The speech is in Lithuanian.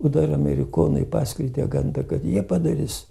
o dar amerikonai paskleidė gandą kad jie padarys